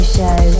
Show